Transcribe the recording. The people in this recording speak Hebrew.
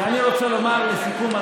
אני רוצה לומר לסיכום,